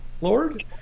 Lord